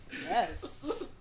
Yes